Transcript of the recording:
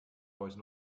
heute